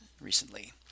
recently